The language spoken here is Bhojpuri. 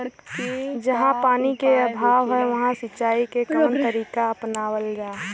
जहाँ पानी क अभाव ह वहां सिंचाई क कवन तरीका अपनावल जा?